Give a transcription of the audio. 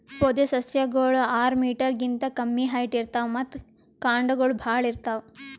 ಪೊದೆಸಸ್ಯಗೋಳು ಆರ್ ಮೀಟರ್ ಗಿಂತಾ ಕಮ್ಮಿ ಹೈಟ್ ಇರ್ತವ್ ಮತ್ತ್ ಕಾಂಡಗೊಳ್ ಭಾಳ್ ಇರ್ತವ್